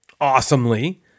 Awesomely